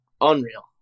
unreal